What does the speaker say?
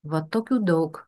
va tokių daug